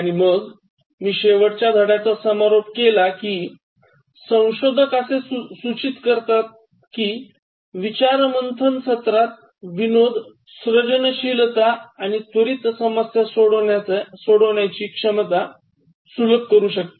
आणि मग मी शेवटच्या धड्याचा समारोप केला की संशोधक असे सूचित करतात की विचारमंथन सत्रात विनोद सृजनशीलता आणि त्वरित समस्या सोडवण्याची क्षमता सुलभ करू शकते